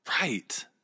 Right